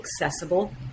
accessible